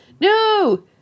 No